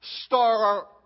star